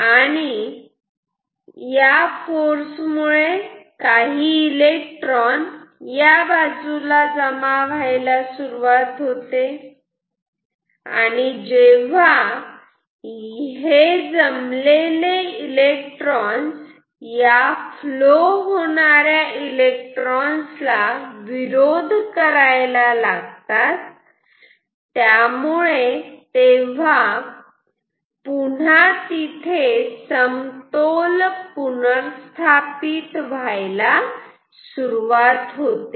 आणि म्हणून या फोर्स मुळे काही इलेक्ट्रॉन या बाजूला जमा व्हायला सुरुवात होते आणि जेव्हा हे जमलेले इलेक्ट्रॉन्स या फ्लो होणाऱ्या इलेक्ट्रॉन्स ला विरोध करायला लागतात आणि तेव्हा पुन्हा समतोल पुनर्स्थापित व्हायला सुरुवात होते